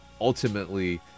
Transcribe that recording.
ultimately